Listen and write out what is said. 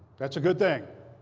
that's a good thing.